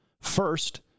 First